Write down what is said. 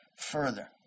further